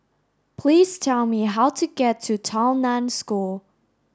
please tell me how to get to Tao Nan School